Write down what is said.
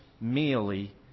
merely